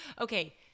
Okay